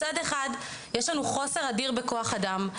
מצד אחד יש לנו חוסר אדיר בכוח אדם,